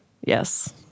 Yes